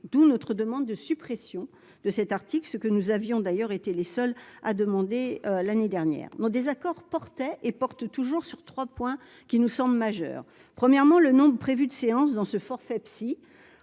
d'où notre demande de suppression de cet article, ce que nous avions d'ailleurs été les seuls à demander l'année dernière, non désaccord portait et porte toujours sur 3 points qui nous sommes majeurs : premièrement, le nom de prévu de séance dans ce forfait psy